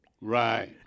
right